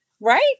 right